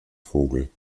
vogel